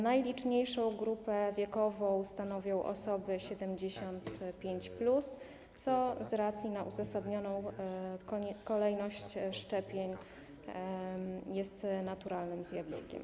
Najliczniejszą grupę wiekową stanowią osoby 75+, co z racji uzasadnionej kolejności szczepień jest naturalnym zjawiskiem.